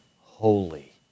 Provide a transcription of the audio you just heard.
holy